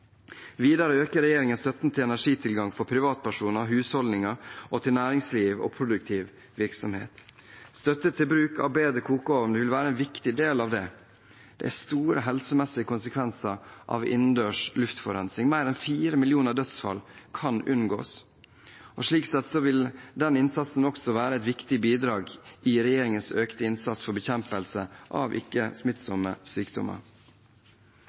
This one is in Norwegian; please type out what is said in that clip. Videre øker regjeringen støtten til energitilgang for privatpersoner/husholdninger og til næringsliv og produktiv virksomhet. Støtte til bruk av bedre kokeovner vil være en viktig del av dette. Det er store helsemessige konsekvenser av innendørs luftforurensning – mer enn fire millioner dødsfall kan unngås. Slik sett vil denne innsatsen også være et viktig bidrag i regjeringens økte innsats for bekjempelse av ikke-smittsomme sykdommer.